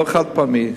לא חד-פעמי.